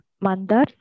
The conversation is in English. Mandar